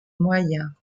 moyen